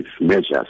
measures